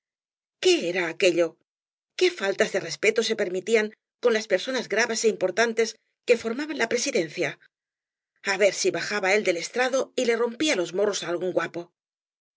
qué era aquello qué faltas de respeto se permitían con las personas graves é importantes que formaban la presidencia a ver si bajaba él del estrado y le rompía loe morros á algún guapo